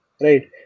right